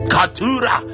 Katura